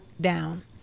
down